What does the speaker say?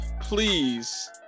Please